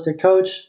coach